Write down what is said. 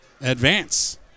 advance